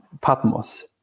Patmos